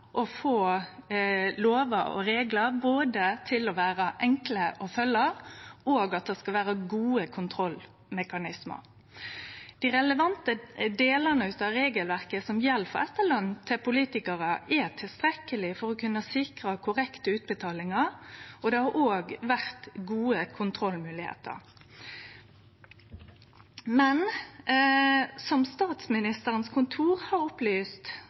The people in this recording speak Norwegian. lovar og reglar både skal vere enkle å følgje, og at det skal vere gode kontrollmekanismar. Dei relevante delane av regelverket som gjeld for etterlønn til politikarar, er tilstrekkelege for å kunne sikre korrekte utbetalingar, og det har òg vore gode kontrollmoglegheiter. Men som statsministerens kontor har opplyst,